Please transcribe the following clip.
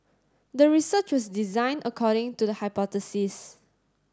the research was designed according to the hypothesis